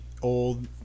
old